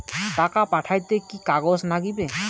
টাকা পাঠাইতে কি কাগজ নাগীবে?